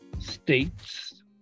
states